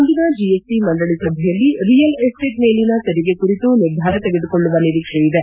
ಮುಂದಿನ ಜಿಎಸ್ಟಿ ಮಂಡಳಿ ಸಭೆಯಲ್ಲಿ ರಿಯಲ್ ಎಸ್ಟೇಟ್ ಮೇಲಿನ ತೆರಿಗೆ ಕುರಿತು ನಿರ್ಧಾರ ತೆಗೆದುಕೊಳ್ಳುವ ನಿರೀಕ್ಷೆಯಿದೆ